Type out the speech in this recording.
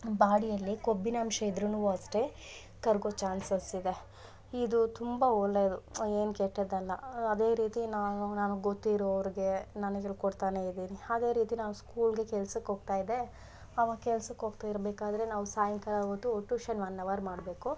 ಬಾಡಿಯಲ್ಲಿ ಕೊಬ್ಬಿನಾಂಶ ಇದ್ರು ಅಷ್ತೆ ಕರಗೋ ಚಾನ್ಸಸ್ ಇದೆ ಇದು ತುಂಬ ಒಳ್ಳೆದು ಏನು ಕೆಟ್ಟದ್ದಲ್ಲ ಅದೇ ರೀತಿ ನಾನು ನನ್ಗೆ ಗೊತ್ತಿರೋರಿಗೆ ನಾನೆ ಹೇಳ್ಕೊಡ್ತಾನೇ ಇದೀನಿ ಅದೇ ರೀತಿ ನಾನು ಸ್ಕೂಲ್ಗೆ ಕೆಲ್ಸಕ್ಕೆ ಹೋಗ್ತಾಯಿದ್ದೆ ಆವಾಗ ಕೆಲ್ಸಕ್ಕೆ ಹೋಗ್ತಿರ್ಬೇಕಾದ್ರೆ ನಾವು ಸಾಯಂಕಾಲ ಹೊತ್ತು ಟ್ಯೂಷನ್ ಒನ್ ಅವರ್ ಮಾಡಬೇಕು